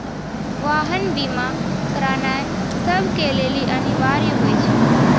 वाहन बीमा करानाय सभ के लेली अनिवार्य होय छै